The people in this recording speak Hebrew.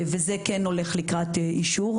זה כן הולך לקראת אישור,